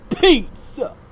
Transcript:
pizza